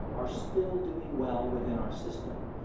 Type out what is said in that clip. are still doing well within our system.